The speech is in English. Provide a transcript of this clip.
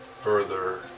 further